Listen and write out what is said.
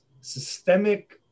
systemic